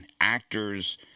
actors